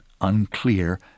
unclear